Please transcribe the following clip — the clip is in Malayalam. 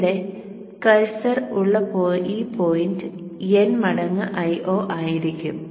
ഇവിടെ കഴ്സർ ഉള്ള ഈ പോയിന്റ് n മടങ്ങ് Io ആയിരിക്കും